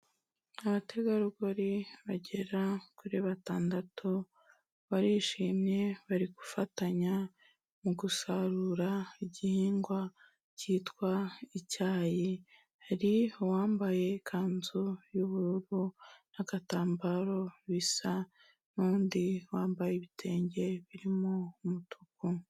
Abategarugori bagera kuri batandatu barishimye, bari gufatanya mu gusarura igihingwa cyitwa icyayi, hari uwambaye ikanzu y'ubururu n'agatambaro bisa n'undi wambaye ibitenge birimo umutuku.